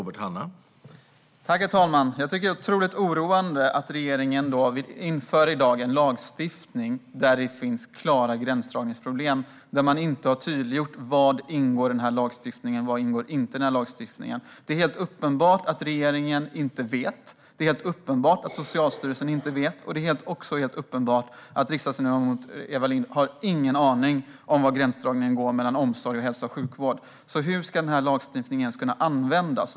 Herr talman! Det är otroligt oroande att regeringen i dag vill införa en lagstiftning där det finns klara gränsdragningsproblem. Man har inte tydliggjort vad som ingår och vad som inte ingår i lagstiftningen. Det är helt uppenbart att regeringen inte vet. Det är helt uppenbart att Socialstyrelsen inte vet. Och det är också helt uppenbart att riksdagsledamot Eva Lindh inte har någon aning om var gränsdragningen går mellan omsorg och hälso och sjukvård. Hur ska denna lagstiftning kunna användas?